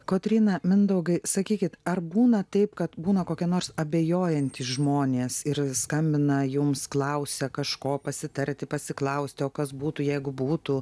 kotryna mindaugai sakykit ar būna taip kad būna kokie nors abejojantys žmonės ir skambina jums klausia kažko pasitarti pasiklausti o kas būtų jeigu būtų